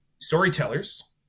storytellers